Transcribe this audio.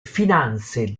finanze